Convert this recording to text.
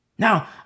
Now